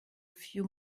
few